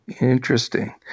Interesting